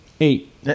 Eight